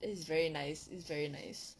it's very nice it's very nice